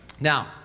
Now